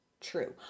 True